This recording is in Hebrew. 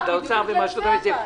בדיוק בגלל זה אבל.